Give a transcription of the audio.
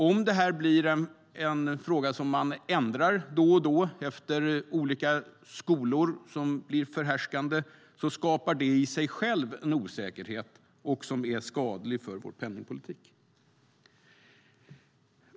Om detta blir något man ändrar då och då i enlighet med olika skolor som blir förhärskande skapar det i sig en osäkerhet som är skadlig för vår penningpolitik.